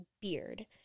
beard